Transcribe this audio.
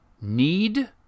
need